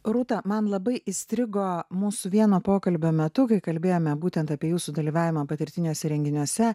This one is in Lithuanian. rūta man labai įstrigo mūsų vieno pokalbio metu kai kalbėjome būtent apie jūsų dalyvavimą patirtiniuose renginiuose